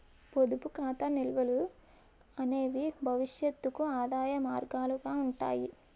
పొదుపు ఖాతా నిల్వలు అనేవి భవిష్యత్తుకు ఆదాయ మార్గాలుగా ఉంటాయి